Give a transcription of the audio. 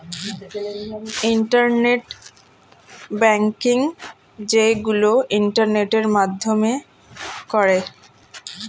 internet banking যেইগুলো ইন্টারনেটের মাধ্যমে করে